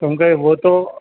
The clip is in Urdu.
کیونکہ وہ تو